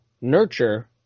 nurture